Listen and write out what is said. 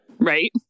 Right